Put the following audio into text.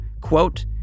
quote